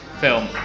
film